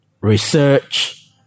research